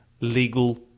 legal